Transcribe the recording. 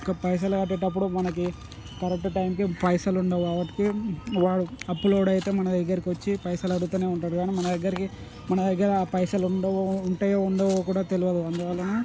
ఇంకా పైసలు కట్టేటప్పుడు మనకి కరెక్ట్ టైంకి పైసలు ఉండవు కాబట్టి వాడు అప్పులోడు అయితే మన దగ్గరకి వచ్చి పైసలు అడుగుతూనే ఉంటాడు కానీ మన దగ్గరికి మన దగ్గర పైసలు ఉండవు ఉంటాయో ఉండవో కూడా తెలియదు అందువలన